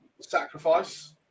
sacrifice